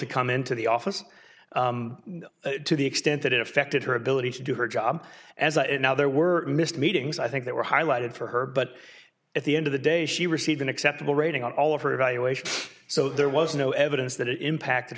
to come into the office to the extent that it affected her ability to do her job as it now there were missed meetings i think there were highlighted for her but at the end of the day she received an acceptable rating on all of her evaluations so there was no evidence that it impacted